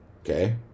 okay